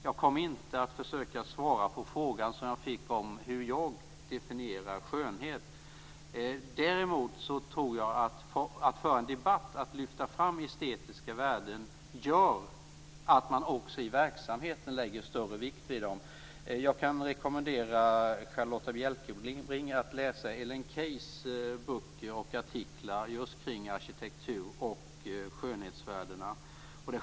Jag kommer inte att försöka svara på den fråga som jag har fått om hur jag definierar skönhet. Däremot kan jag säga att detta med att föra en debatt och att lyfta fram estetiska värden gör att man också i verksamheten lägger större vikt vid dem. Jag kan rekommendera Charlotta Bjälkebring att läsa Ellen Keys böcker och artiklar om arkitektur och om skönhetsvärdena.